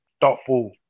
thoughtful